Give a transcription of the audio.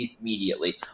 immediately